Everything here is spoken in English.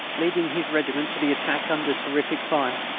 leading his regiment to the attack under terrific fire,